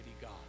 God